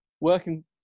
working